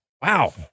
Wow